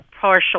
partial